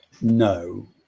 no